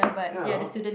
ya I want